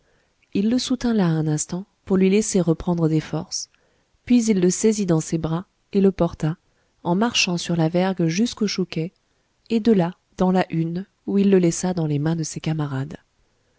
il le soutint là un instant pour lui laisser reprendre des forces puis il le saisit dans ses bras et le porta en marchant sur la vergue jusqu'au chouquet et de là dans la hune où il le laissa dans les mains de ses camarades